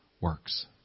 works